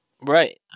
Right